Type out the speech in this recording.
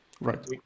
right